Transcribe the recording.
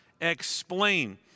explain